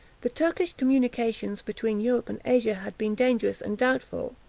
the turkish communication between europe and asia had been dangerous and doubtful,